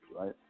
right